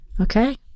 Okay